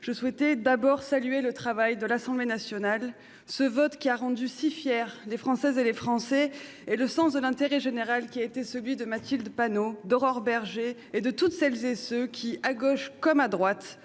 je souhaite d'abord saluer le travail de l'Assemblée nationale- ce vote qui a rendu si fiers les Françaises et les Français -et le sens de l'intérêt général qui a été celui de Mathilde Panot, d'Aurore Bergé et de toutes celles et tous ceux qui, à gauche comme à droite,